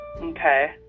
Okay